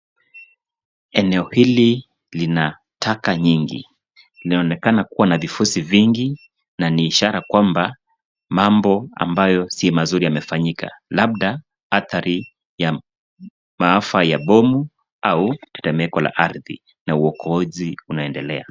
Eneo hili lina taka nyingi. Inaonekana kuwa na vifusi vingi na ni ishara kwamba mambo ambayo si mazuri yamefanyika labda athari ya maafa ya bomu au tetemeko la ardhi na uokozi unaendelea.